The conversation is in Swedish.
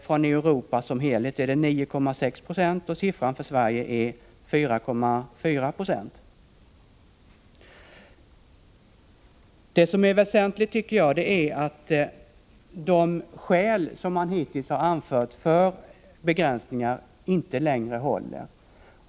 Från Europa som helhet är importen 9,6 96, och siffran för Sverige är 4,4 960. Jag tycker att det väsentliga är att de skäl som man hittills har anfört för begränsningar inte längre håller.